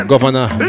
Governor